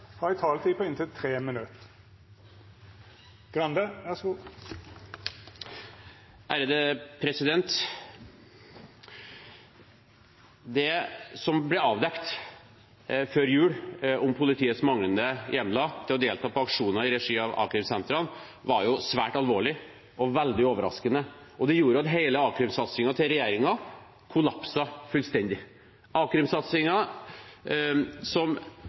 som ble avdekket før jul om politiets manglende hjemler til å delta på aksjoner i regi av a-krimsentrene, var svært alvorlig og veldig overraskende, og det gjorde at hele a-krimsatsingen til regjeringen kollapset fullstendig. A-krimsatsingen, som